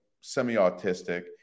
semi-autistic